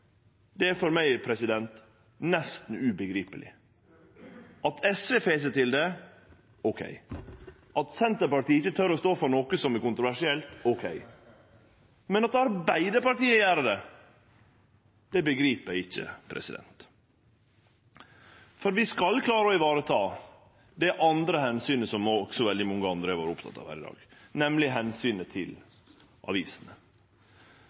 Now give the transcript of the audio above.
framtida, er for meg nesten ubegripeleg. At SV får seg til det – ok. At Senterpartiet ikkje tør stå for noko som er kontroversielt – ok. Men at Arbeidarpartiet gjer det, begriper eg ikkje. Vi skal klare å vareta det andre omsynet som også veldig mange andre har vore opptekne av her i dag, nemleg omsynet til avisene.